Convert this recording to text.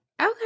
Okay